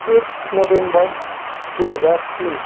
एक नोभेम्बर दुई हजार तिन